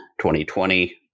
2020